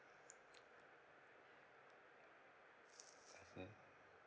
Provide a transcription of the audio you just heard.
mmhmm